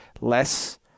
less